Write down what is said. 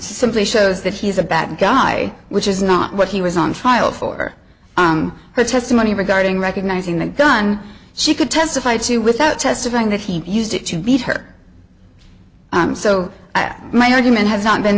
simply shows that he's a bad guy which is not what he was on trial for her testimony regarding recognizing the gun she could testify to without testifying that he used it to beat her so that my argument has not been